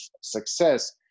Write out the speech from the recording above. success